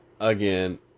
again